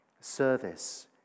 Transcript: service